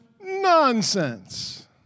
nonsense